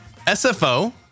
SFO